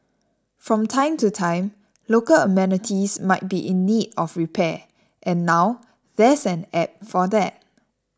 from time to time local amenities might be in need of repair and now there's an app for that